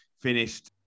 finished